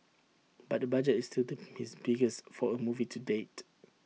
but the budget is his biggest for A movie to date